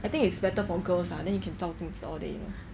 I think it's better for girls lah then you can 照镜子 all day you know